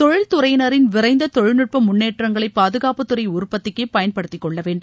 தொழில் துறையினரின் விரைந்த தொழில்நுட்ப முன்னேற்றங்களை பாதுகாப்புத்துறை உற்பத்திக்கு பயன்படுத்திக்கொள்ளவேண்டும்